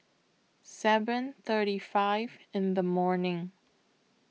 seven thirty five in The morning